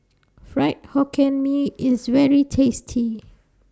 Fried Hokkien Mee IS very tasty